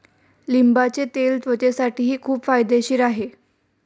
लिंबाचे तेल त्वचेसाठीही खूप फायदेशीर आहे